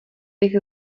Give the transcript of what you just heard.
bych